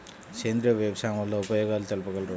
సేంద్రియ వ్యవసాయం వల్ల ఉపయోగాలు తెలుపగలరు?